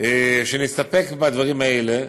שנסתפק בדברים האלה.